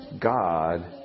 God